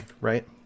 right